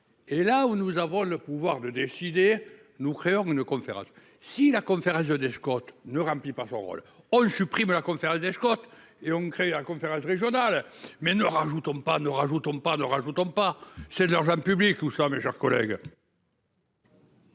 Et là où nous avons le pouvoir de décider. Nous créons une conférence si la fait Genève ne remplit pas son rôle, on le supprime la faire l'je crois et ont créé un compte rage régional mais ne rajoutons pas ne rajoutons pas ne rajoutons pas c'est de l'argent public ou ça mes chers collègues.